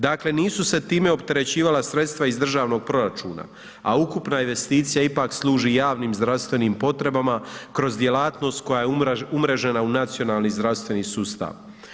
Dakle, nisu se time opterećivala sredstva iz državnog proračuna, a ukupna investicija ipak služi javnim zdravstvenim potrebama kroz djelatnost koja je umrežena u nacionalni zdravstveni sustav.